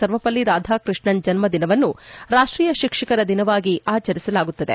ಸರ್ವಪಲ್ಲಿ ರಾಧಾಕೃಷ್ಣನ್ ಜನ್ನದಿನವನ್ನು ರಾಷ್ಷೀಯ ಶಿಕ್ಷಕರ ದಿನವಾಗಿ ಆಚರಿಸಲಾಗುತ್ತದೆ